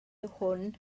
hwn